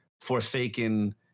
Forsaken